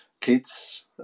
kids